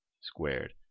squared